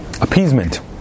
Appeasement